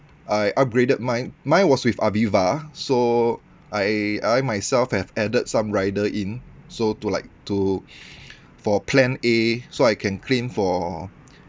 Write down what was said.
I upgraded mine mine was with aviva so I I myself have added some rider in so to like to for plan A_ so I can claim for